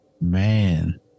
Man